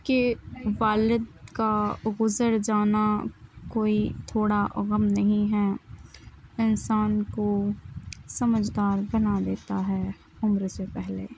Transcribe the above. کہ والد کا گزر جانا کوئی تھوڑا غم نہیں ہے انسان کو سمجھدار بنا دیتا ہے عمر سے پہلے